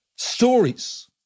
stories